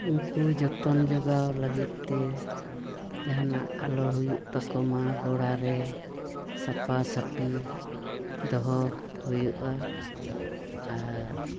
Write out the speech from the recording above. ᱩᱱᱠᱩ ᱡᱚᱛᱚᱱ ᱡᱚᱜᱟᱣ ᱞᱟᱹᱜᱤᱫ ᱛᱮ ᱡᱟᱦᱟᱱᱟᱜ ᱟᱞᱚ ᱦᱩᱭᱩᱜ ᱛᱟᱠᱚᱢᱟ ᱜᱚᱲᱟᱨᱮ ᱥᱟᱯᱷᱟ ᱥᱟᱹᱯᱷᱤ ᱫᱚᱦᱚ ᱦᱩᱭᱩᱜᱼᱟ ᱟᱨ